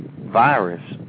virus